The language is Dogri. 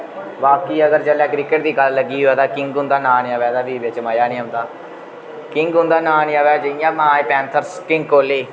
बाकी अगर जेल्लै क्रिकेट दी गल्ल लग्गी होऐ तां किंग हुंदा नांऽ नी आवै तां फ्ही बिच्च मजा नी औंदा किंग हुंदा नांऽ नी आवै जियां माए पैंथर्स किंग कोहली